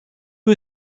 who